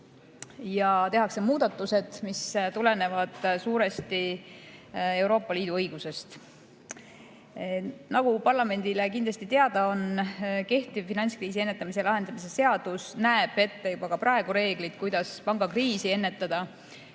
ja tehakse muudatused, mis tulenevad suuresti Euroopa Liidu õigusest. Nagu parlamendile on kindlasti teada, näeb kehtiv finantskriisi ennetamise ja lahendamise seadus ka praegu ette reeglid, kuidas pangakriisi ennetada